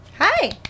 hi